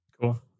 Cool